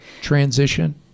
transition